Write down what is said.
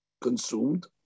consumed